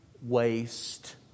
waste